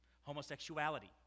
homosexuality